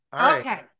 Okay